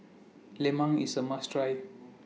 Lemang IS A must Try